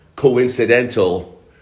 Coincidental